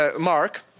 Mark